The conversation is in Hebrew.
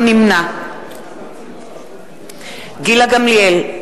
נמנע גילה גמליאל,